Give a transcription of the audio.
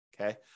Okay